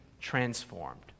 transformed